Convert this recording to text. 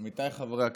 עמיתיי חברי הכנסת,